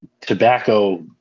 tobacco